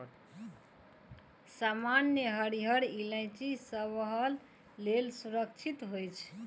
सामान्यतः हरियर इलायची सबहक लेल सुरक्षित होइ छै